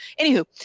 anywho